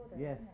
Yes